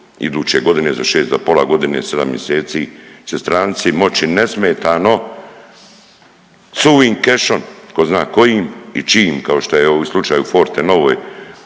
iduće godine, za 6, za pola godine, 7 mjeseci će stranci moći nesmetano suvim kešom ko zna kojim i čijim kao što je evo ovi slučaj u Fortenovoj